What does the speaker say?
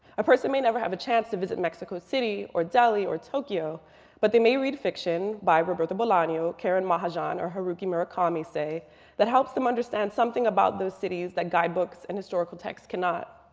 a person may never have a chance to visit mexico city or delhi or tokyo but they may read fiction by roberto belano, karan mahajan or haruki murakami that helps them understand something about those cities that guidebooks and historical texts cannot,